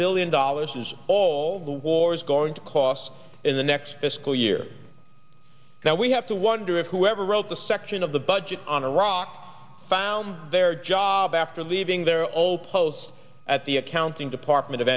billion dollars is all the war's going to cost in the next fiscal year that we have to wonder if whoever wrote the section of the budget on iraq found their job after leaving their old post at the accounting department of